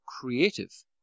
creative